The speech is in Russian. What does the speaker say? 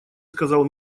сказал